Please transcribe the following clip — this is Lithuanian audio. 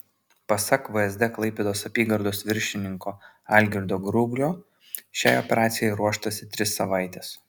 pasak vsd klaipėdos apygardos viršininko algirdo grublio šiai operacijai ruoštasi tris savaites